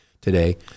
today